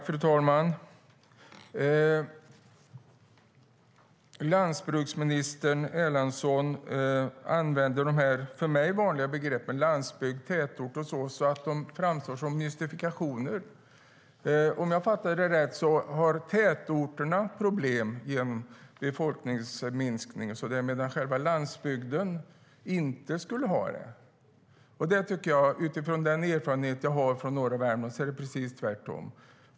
Fru talman! Landsbygdsminister Erlandsson använder de för mig vanliga begreppen landsbygd, tätort och så vidare så att de framstår som mystifikationer. Om jag fattar det rätt har tätorterna problem genom befolkningsminskningen medan själva landsbygden inte skulle ha det. Den erfarenhet jag har från norra Värmland är att det är precis tvärtom.